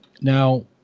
Now